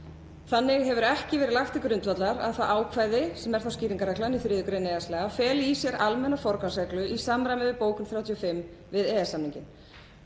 Þannig hefur ekki verið lagt til grundvallar að það ákvæði, sem er þá skýringarreglan í 3. gr. EES-laga, feli í sér almenna forgangsreglu í samræmi við bókun 35 við EES-samninginn,